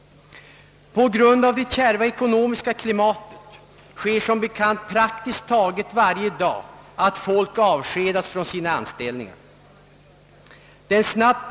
På grund av det hårda ekonomiska klimatet händer det som bekant praktiskt taget varje dag att folk avskedas från sina anställningar. Den snabbt.